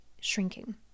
shrinking